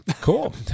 cool